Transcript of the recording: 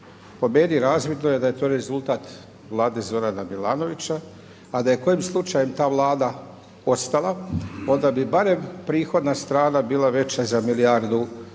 Po meni razvidno je da je to rezultat Vlade Zorana Milanovića, a da je kojim slučajem ta Vlada ostala onda bi barem prihodna strana bila veća za milijardu, umjesto